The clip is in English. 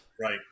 right